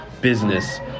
business